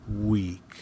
week